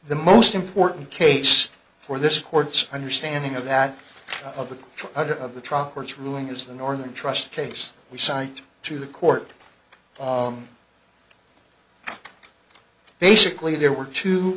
the most important case for this court's understanding of that of the out of the truck court's ruling is the northern trust case we cite to the court basically there were two